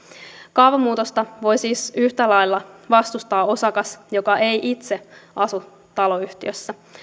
kaavamuutosta voi siis yhtä lailla vastustaa osakas joka ei itse asu taloyhtiössä